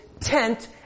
tent